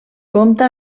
compta